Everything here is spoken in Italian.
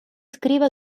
iscrive